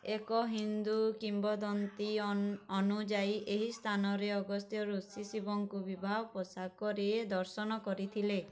ଏକ ହିନ୍ଦୁ କିମ୍ବଦନ୍ତୀ ଅନୁଯାୟୀ ଏହି ସ୍ଥାନରେ ଅଗସ୍ତ୍ୟ ଋଷି ଶିବଙ୍କୁ ବିବାହ ପୋଷାକରେ ଦର୍ଶନ କରିଥିଲେ